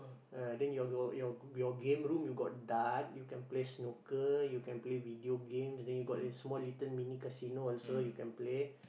ah then your your your your game room you got dart you can play snooker you can play video games then you got your small little mini casino also you can play